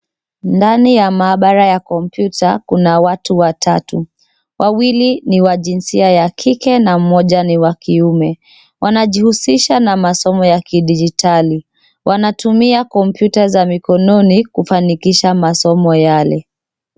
Ndani ya maabara ya kompyuta kuna watu watatu. Wawili ni wa jinsia ya kike na mmoja ni wa kiume. Wanajihusisha na masomo ya kidijitali. Wanatumia kompyuta za mikononi kufanikisha masomo yale.